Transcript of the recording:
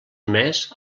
mes